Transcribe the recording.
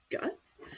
guts